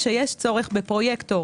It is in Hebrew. שיש צורך בפרויקטור